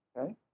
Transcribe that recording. okay